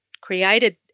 created